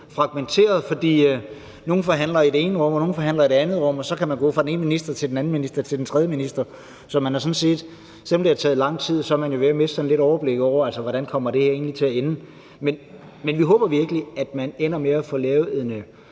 fragmenteret, for nogle forhandler i det ene rum, og nogle forhandlinger i det andet rum, og så kan man gå fra den ene minister til den anden minister til den tredje minister. Så selv om det har taget lang tid, er man jo lidt ved at miste overblikket over, hvordan det her egentlig kommer til at ende, men vi håber virkelig, at man ender med at få lavet en